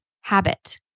habit